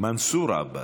מנסור עבאס.